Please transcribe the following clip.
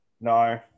No